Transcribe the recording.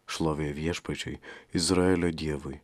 šlovė viešpačiui izraelio dievui